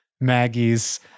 Maggie's